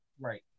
Right